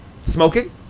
smoking